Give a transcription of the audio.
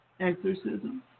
Exorcism